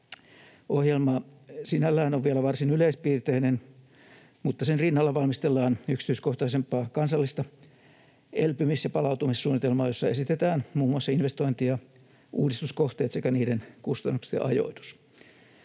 sinällään on vielä varsin yleispiirteinen, mutta sen rinnalla valmistellaan yksityiskohtaisempaa kansallista elpymis- ja palautumissuunnitelmaa, jossa esitetään muun muassa investointi- ja uudistuskohteet sekä niiden kustannukset ja ajoitus.